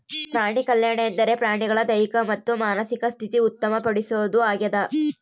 ಪ್ರಾಣಿಕಲ್ಯಾಣ ಎಂದರೆ ಪ್ರಾಣಿಗಳ ದೈಹಿಕ ಮತ್ತು ಮಾನಸಿಕ ಸ್ಥಿತಿ ಉತ್ತಮ ಪಡಿಸೋದು ಆಗ್ಯದ